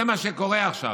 זה מה שקורה עכשיו.